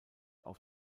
auf